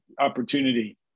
opportunity